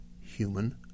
human